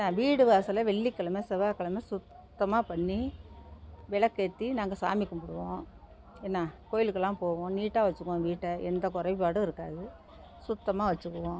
வீடு வாசலில் வெள்ளிக்கிழம செவ்வாக்கிழம சுத்தமாக பண்ணி விளக்கேத்தி நாங்கள் சாமி கும்பிடுவோம் ஏன்னா கோவிலுக்கெல்லாம் போவோம் நீட்டாக வச்சிக்கிவோம் எங்கள் வீட்டை எந்த குறைபாடும் இருக்காது சுத்தமாக வச்சிக்கிவோம்